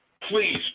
Please